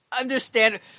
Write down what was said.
understand